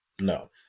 no